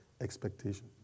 Expectation